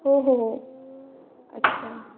हो हो हो अच्छा